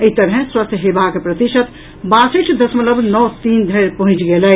एहि तरहैँ स्वस्थ हेबाक प्रतिशत बासठि दशमलव नओ तीन धरि पहुंचि गेल अछि